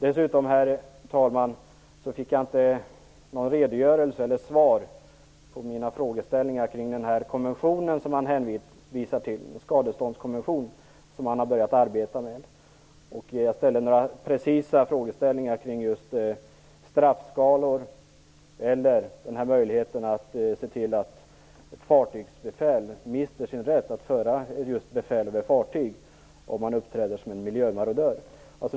Dessutom, herr talman, fick jag inte något svar om den konvention som man hänvisar till - en skadeståndskonvention som man har börjat arbeta med. Jag ställde några precisa frågor kring straffskalor och möjligheten att se till att ett fartygsbefäl mister sin rätt att just föra befäl över fartyg om vederbörande uppträder som en miljömarodör.